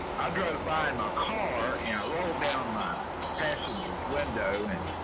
and to find my car and roll down my passengers window. and